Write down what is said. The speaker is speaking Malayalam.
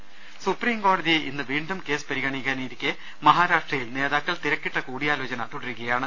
് സുപ്രീം കോടതി ഇന്ന് വീണ്ടും കേസ് പരിഗണിക്കാനിരിക്കെ മഹാരാഷ്ട്രയിൽ നേതാക്കൾ തിരക്കിട്ട കൂടിയാലോചന തുടരുകയാണ്